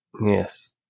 Yes